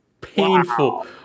painful